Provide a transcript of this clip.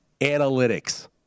analytics